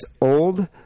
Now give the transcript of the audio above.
old